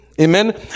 amen